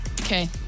Okay